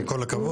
עם כל הכבוד.